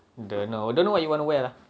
don't know don't know what you wanna wear lah